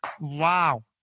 Wow